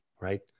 right